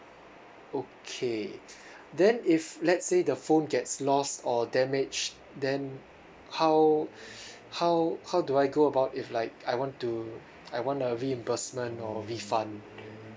okay then if let's say the phone gets lost or damage then how how how do I go about if like I want to I want a reimbursement or a refund